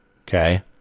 okay